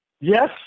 Yes